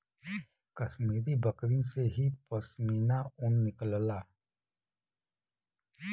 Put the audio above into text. कश्मीरी बकरिन से ही पश्मीना ऊन निकलला